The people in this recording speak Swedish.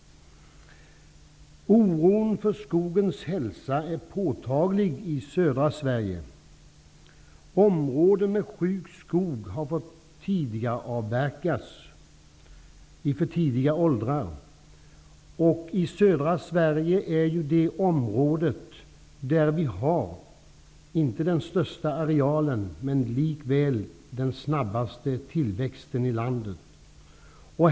Oron för skogens hälsa är påtaglig i södra Sverige. Områden med sjuk skog har fått avverkas i för tidiga åldrar. Södra Sverige har inte den största arealen men likväl den snabbaste tillväxten i landet.